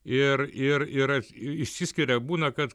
ir ir yra išsiskiria būna kad